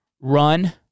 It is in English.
run